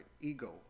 ego